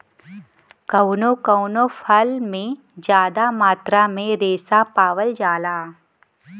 कउनो कउनो फल में जादा मात्रा में रेसा पावल जाला